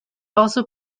also